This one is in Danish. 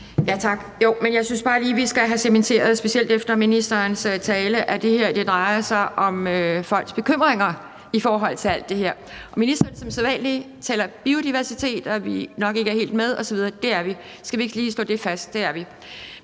Tak. Jeg synes bare lige, vi skal have cementeret – specielt efter ministerens tale – at det her drejer sig om folks bekymringer i forhold til alt det her. Ministeren taler som sædvanlig om biodiversitet, og at vi nok ikke er helt med osv. – det er vi. Skal vi ikke lige slå det fast; det er vi.